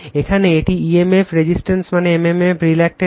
এখানে এটি emf resistance মানে mmf রিলাক্টেনস